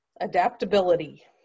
Adaptability